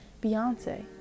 Beyonce